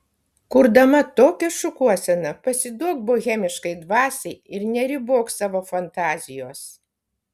kurdama tokią šukuoseną pasiduok bohemiškai dvasiai ir neribok savo fantazijos